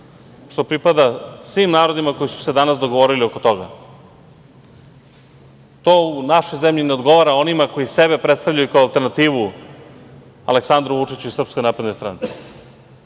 što pripada svim narodima koji su se danas dogovorili oko toga. To u našoj zemlji ne odgovara onima koji sebe predstavljaju kao alternativu Aleksandru Vučiću i SNS. Neće danas